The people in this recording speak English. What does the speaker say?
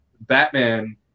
Batman